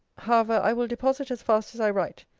however, i will deposit as fast as i write.